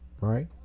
Right